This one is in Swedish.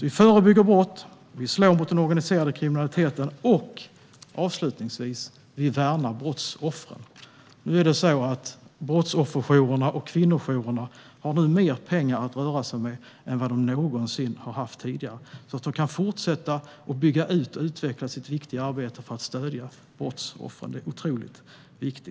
Vi förebygger brott, vi slår mot den organiserade kriminaliteten och avslutningsvis: Vi värnar brottsoffren. Brottsofferjourerna och kvinnojourerna har nu mer pengar att röra sig med än vad de någonsin har haft tidigare. De kan därmed fortsätta att bygga ut och utveckla sitt viktiga arbete för att stödja brottsoffren. Det är otroligt viktigt.